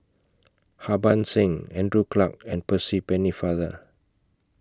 Harbans Singh Andrew Clarke and Percy Pennefather